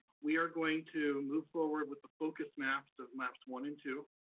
we are going to move forward with the focus maps of maps one and two,